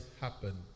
happen